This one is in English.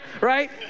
Right